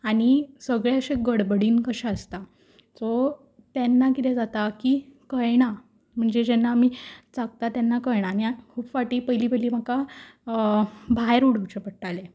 आनी सगळें अशें गडबडीन कशें आसता सो तेन्ना कितें जाता की कळणा म्हणजे जेन्ना आमी चाखता तेन्ना कळणा आनी खूब फावटीं पयलीं पयलीं म्हाका भायर उडोवचें पडटालें